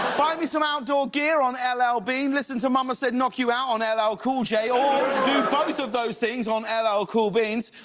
buy me some outdoor gear on l l. bean. listen to mama said knock you out on l l. cool j. or do both of those things on l l. cool beans.